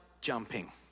jumping